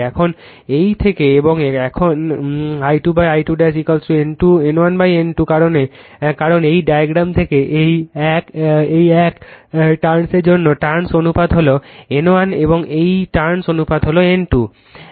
এখন এই থেকে এবং এখন I2 I2 N1 N2 কারণ এই ডায়াগ্রাম থেকে এই এই এক এই ট্রান্স এর জন্য এই ট্রান্স অনুপাত হল N1 এবং এই ট্রান্স অনুপাত হল N2